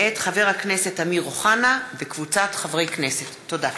מאת חברי הכנסת אורי מקלב,